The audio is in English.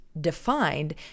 defined